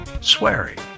swearing